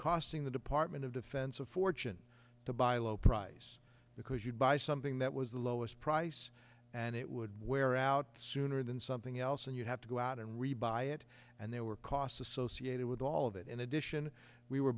costing the department of defense a fortune to buy a low price because you'd buy something that was the lowest price and it would wear out sooner than something else and you'd have to go out and re buy it and there were costs associated with all of that in addition we were